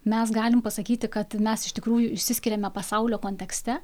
mes galim pasakyti kad mes iš tikrųjų išsiskiriame pasaulio kontekste